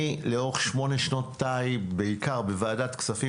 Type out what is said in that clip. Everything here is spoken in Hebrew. לאורך שמונה שנותיי בוועדות הכנסת בעיקר בוועדת כספים,